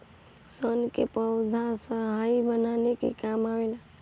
सन के पौधा स्याही बनावे के काम आवेला